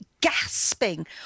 gasping